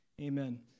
amen